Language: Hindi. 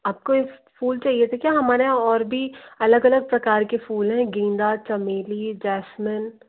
आपको इस फूल चाहिए थे क्या हमारे यहाँ और भी अलग अलग प्रकार के फूल हैं गेंदा चमेली जैस्मिन